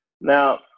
Now